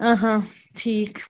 ٹھیٖک